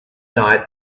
night